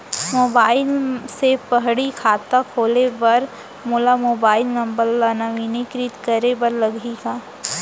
Mobile से पड़ही खाता खोले बर मोला मोबाइल नंबर ल नवीनीकृत करे बर लागही का?